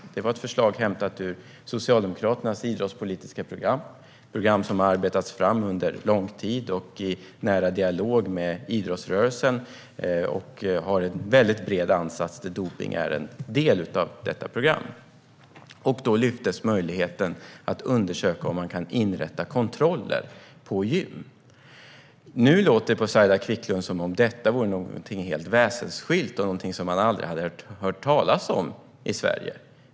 Det var ett förslag som hade hämtats ur Socialdemokraternas idrottspolitiska program. Det är ett program som har arbetats fram under lång tid och i nära dialog med idrottsrörelsen. Programmet har en väldigt bred ansats där dopning utgör en del. Då undersöktes möjligheten att inrätta kontroller på gym. Nu låter det på Saila Quicklund som att detta vore någonting helt väsensskilt och någonting som man aldrig har hört talas om i Sverige.